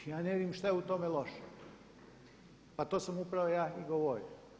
Ja ne vidim što je u tome loše, pa to sam upravo i ja govorio.